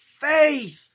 Faith